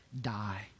die